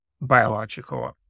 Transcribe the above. biological